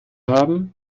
haben